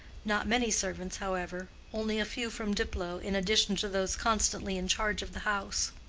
not many servants, however only a few from diplow in addition to those constantly in charge of the house